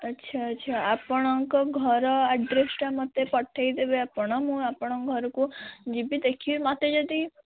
ଆଚ୍ଛା ଆଚ୍ଛା ଆପଣଙ୍କ ଘର ଆଡ଼୍ରେସଟା ମୋତେ ପଠାଇ ଦେବେ ଆପଣ ମୁଁ ଆପଣଙ୍କ ଘରକୁ ଯିବି ଦେଖିବି ମୋତେ ଯଦି